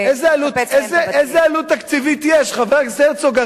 עכשיו, איזו עלות תקציבית יש, חבר הכנסת הרצוג?